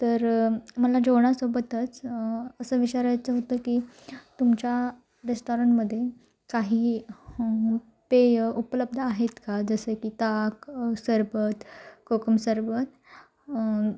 तर मला जेवणासोबतच असं विचारायचं होतं की तुमच्या रेस्टॉरंटमध्ये काही पेयं उपलब्ध आहेत का जसे की ताक सरबत कोकम सरबत